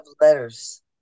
letters